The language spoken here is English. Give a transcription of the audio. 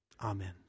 Amen